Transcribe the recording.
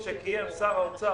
הפער בין הפריפריה למרכז הולך וגדל,